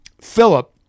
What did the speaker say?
Philip